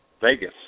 Vegas